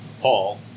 Paul